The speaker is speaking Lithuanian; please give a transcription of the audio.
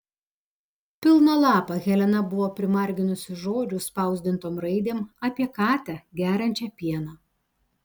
pilną lapą helena buvo primarginusi žodžių spausdintom raidėm apie katę geriančią pieną